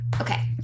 Okay